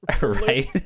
right